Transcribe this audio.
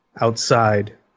outside